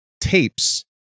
tapes